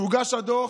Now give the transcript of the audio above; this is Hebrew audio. כשהוגש הדוח,